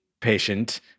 patient-